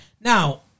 Now